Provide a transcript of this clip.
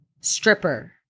Stripper